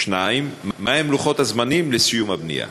2. מה הם לוחות הזמנים לסיום הבנייה?